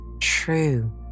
true